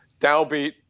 Downbeat